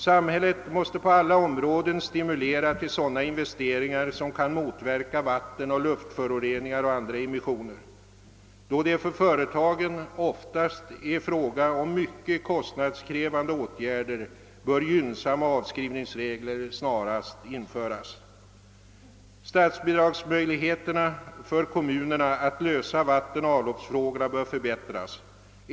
Samhället måste på alla områden stimulera till sådana investeringar som kan motverka vattenoch luftföroreningar och andra immissioner. Då det för företagen oftast är fråga om mycket kostnadskrävande åtgärder bör gynnsamma avskrivningsregler snarast införas. Kommunernas möjligheter att få statsbidrag för att lösa vattenoch avloppsfrågorna bör förbättras.